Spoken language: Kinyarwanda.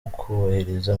ukubahiriza